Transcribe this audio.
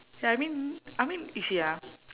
ya I mean I mean you see ah